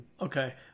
Okay